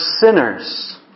sinners